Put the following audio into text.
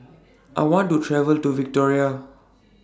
I want to travel to Victoria